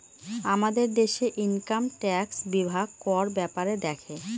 আমাদের দেশে income tax বিভাগ কর ব্যাপারে দেখে